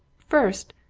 first,